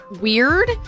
weird